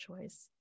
choice